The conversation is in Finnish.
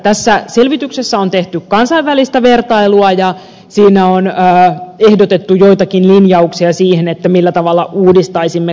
tässä selvityksessä on tehty kansainvälistä vertailua ja siinä on ehdotettu joitakin linjauksia siihen millä tavalla uudistaisimme karenssijärjestelmäämme